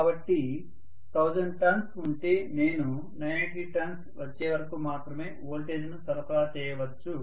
కాబట్టి 1000 టర్న్స్ ఉంటే నేను 980 టర్న్స్ వచ్చే వరకు మాత్రమే వోల్టేజ్ను సరఫరా చేయవచ్చు